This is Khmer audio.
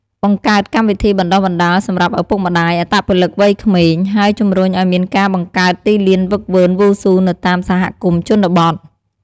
បង្កើតកម្មវិធីបណ្ដុះបណ្ដាលសម្រាប់ឪពុកម្ដាយអត្តពលិកវ័យក្មេង ហើយជំរុញឲ្យមានការបង្កើតទីលានហ្វឹកហ្វឺនវ៉ូស៊ូនៅតាមសហគមន៍ជនបទ។